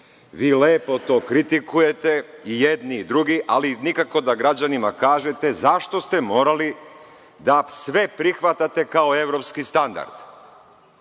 Vi lepo to kritikujete i jedni i drugi, ali nikako da građanima kažete zašto se morali da sve prihvatate kao evropski standard. Sada